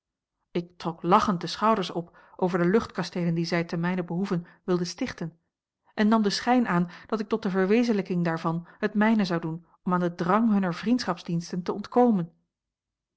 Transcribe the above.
ik trok lachend de schouders op over de luchtkasteelen die zij te mijnen behoeve wilden stichten en nam den schijn aan dat ik tot de verwezenlijking daarvan het mijne zou doen om aan den drang hunner vriendschapsdiensten te ontkomen